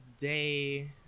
day